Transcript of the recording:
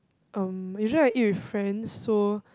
um usually I eat with friends so